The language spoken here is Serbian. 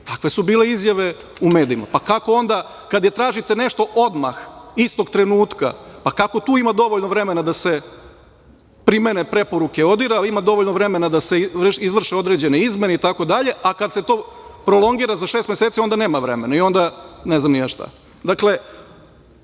Takve su bile izjave u medijima. Pa, kako onda, kad tražite nešto odmah, istog trenutka, pa, kako tu ima dovoljno vremena da se primene preporuke ODIHR-a, ima dovoljno vremena da se izvrše određene izmene i tako dalje, a kada se to prolongira za šest meseci onda nema dovoljno vremena. Dakle,